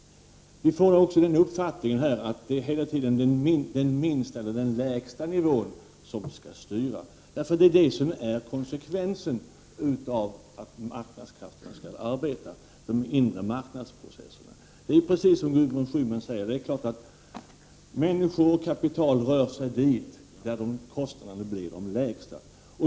Vi får den uppfattningen att det hela tiden är den lägsta nivån som skall styra. Det är detta som är konsekvensen av att marknadskrafterna skall styra de inre marknadsprocesserna. Det är självklart, som Gudrun Schyman säger, att människor och kapital förs dit kostnaderna blir de lägsta.